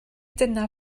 dyna